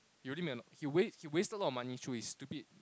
he really made a lot he wasted he wasted a lot of money through his stupid